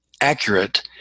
accurate